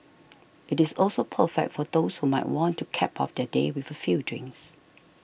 it is also perfect for those who might want to cap off their day with a few drinks